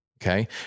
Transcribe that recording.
Okay